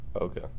Okay